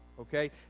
okay